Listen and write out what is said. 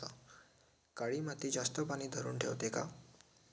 काळी माती जास्त पानी धरुन ठेवते का?